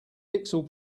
pixel